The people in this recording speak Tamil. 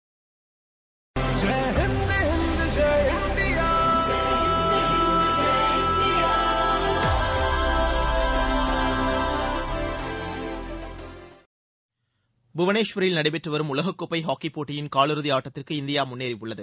ஒப்பனிங் ட்யூன் புவனேஸ்வரில் நடைபெற்று வரும் உலகக்கோப்பை ஹாக்கிப் போட்டியின் காலிறதி அட்டத்திற்கு இந்தியா முன்னேறியுள்ளது